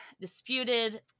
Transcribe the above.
disputed